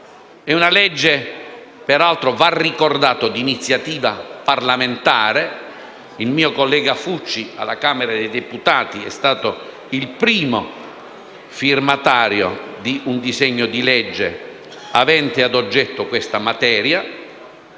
di legge in esame è di iniziativa parlamentare: il mio collega Fucci, membro della Camera dei deputati, è stato il primo firmatario di un disegno di legge avente ad oggetto questa materia.